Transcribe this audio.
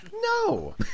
No